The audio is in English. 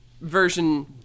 Version